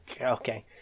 okay